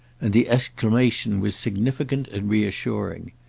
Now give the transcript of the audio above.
and the exclamation was significant and reassuring.